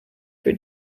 für